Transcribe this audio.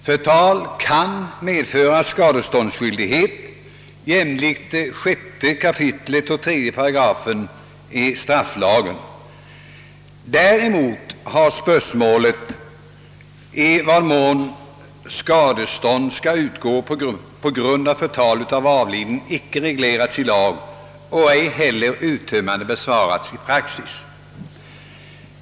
Förtal kan medföra skadeståndsskyldighet jämlikt 6 kap. 3 § strafflagen. Däremot har spörsmålet i vad mån skadestånd skall utgå på grund av förtal av avliden icke reglerats i lag och ej heller uttömmande besvarats i praxis.